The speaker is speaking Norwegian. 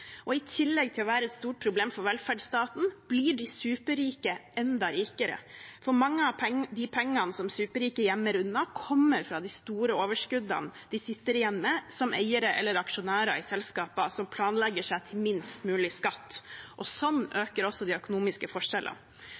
I tillegg til å være et stort problem for velferdsstaten blir de superrike enda rikere, for mange av de pengene som superrike gjemmer unna, kommer fra de store overskuddene de sitter igjen med som eiere eller aksjonærer i selskaper som planlegger seg til minst mulig skatt. Slik øker også de økonomiske forskjellene.